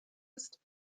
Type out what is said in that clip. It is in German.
ist